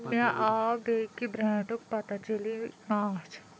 مےٚ آو بیٚکہِ برینڈُک پتنجٔلی ماچھ